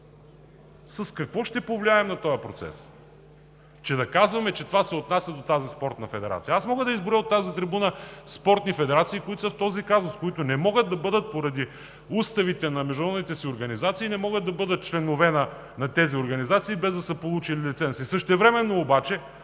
С какво ще повлияем на този процес, че да казваме, че това се отнася до тази спортна федерация? Аз мога да изброя от тази трибуна спортни федерации, които са в този казус, които според уставите на международните организации не могат да бъдат членове на тези организации, без да са получили лиценз. Същевременно обаче,